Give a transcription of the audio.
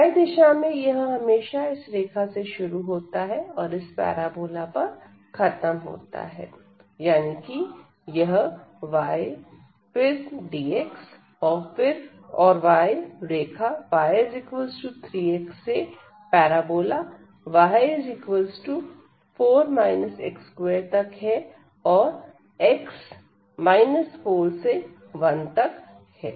y दिशा में यह हमेशा इस रेखा से शुरू होता है और इस पैराबोला पर खत्म होता है यानी कि यह y फिर dx और y रेखा y 3x से पैराबोला y 4 x2 तक है और x 4 से 1 तक है